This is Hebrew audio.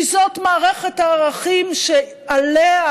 כי זאת מערכת הערכים שעליה,